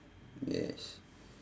yes